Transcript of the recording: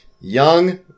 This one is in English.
young